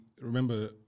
Remember